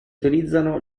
utilizzano